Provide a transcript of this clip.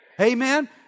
Amen